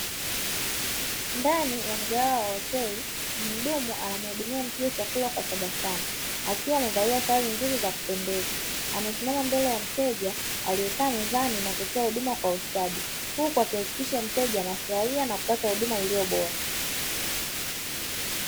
Ndani ya mgahawa wa hoteli mhudumu anamuhudumia mteja chakula kwa tabasamu akiwa amevalia sare nzuri za kupendeza amesimama mbele ya mteja aliyekaa mezani, na kutoa huduma kwa ustadi huku akihakikisha mteja anafurahia na kupata huduma iliyobora.